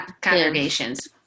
congregations